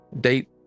date